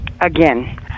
Again